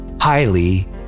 highly